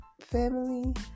family